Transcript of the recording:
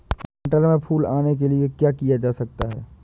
मटर में फूल आने के लिए क्या किया जा सकता है?